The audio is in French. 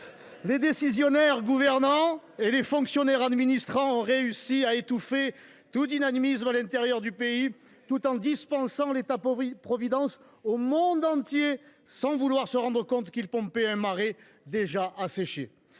Les décisionnaires qui gouvernent et les fonctionnaires qui administrent auront réussi à étouffer tout dynamisme à l’intérieur du pays, tout en dispensant les bienfaits de l’État providence au monde entier, sans vouloir se rendre compte qu’ils pompaient un marais déjà asséché.